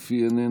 אף היא איננה.